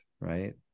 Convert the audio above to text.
Right